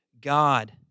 God